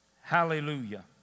Hallelujah